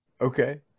okay